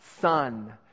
Son